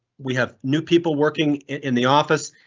we have new people working in the office.